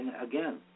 again